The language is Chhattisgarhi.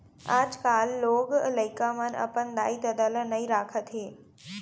आजकाल लोग लइका मन अपन दाई ददा ल नइ राखत हें